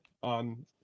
on